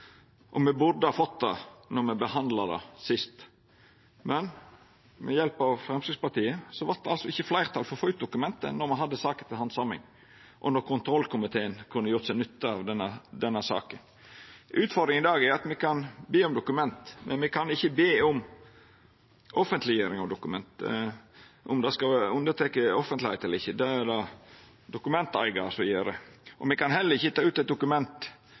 og me burde ha fått det då me behandla det sist. Men med hjelp av Framstegspartiet vart det altså ikkje fleirtal for å få ut dokumentet når ein hadde saka til handsaming, og når kontrollkomiteen kunne ha gjort seg nytte av denne saka. Utfordringa i dag er at me kan be om dokument, men me kan ikkje be om offentleggjering av dokumentet. Om det skal vera unnateke offentlegheit eller ikkje, er det dokumenteigar som avgjer. Me kan heller ikkje ta ut eit dokument